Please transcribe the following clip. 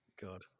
God